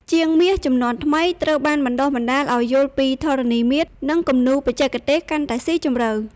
ជាងមាសជំនាន់ថ្មីត្រូវបានបណ្ដុះបណ្ដាលឱ្យយល់ពីធរណីមាត្រ និងគំនូរបច្ចេកទេសកាន់តែស៊ីជម្រៅ។